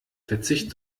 verzicht